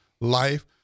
life